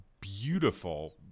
beautiful